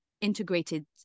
integrated